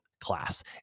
class